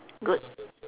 good